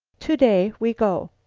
to-day we go.